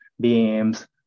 beams